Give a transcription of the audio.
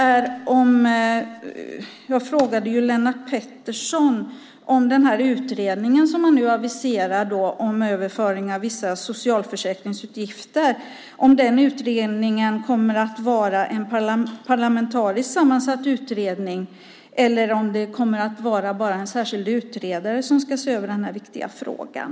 Jag frågade Lennart Pettersson om den utredning som man nu aviserar om överföring av vissa socialförsäkringsutgifter kommer att vara parlamentariskt sammansatt eller om det bara kommer att vara en särskild utredare som ska se över den här viktiga frågan.